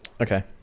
Okay